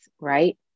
right